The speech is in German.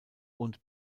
und